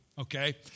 Okay